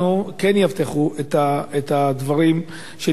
כן יאבטחו את הדברים שנמצאים,